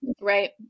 Right